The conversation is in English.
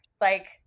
like-